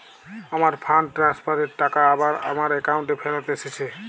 আমার fund transfer এর টাকা আবার আমার একাউন্টে ফেরত এসেছে